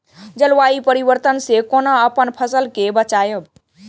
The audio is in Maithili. जलवायु परिवर्तन से कोना अपन फसल कै बचायब?